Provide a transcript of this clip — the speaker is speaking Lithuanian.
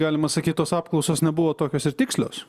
galima sakyt tos apklausos nebuvo tokios ir tikslios